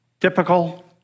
Typical